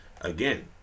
Again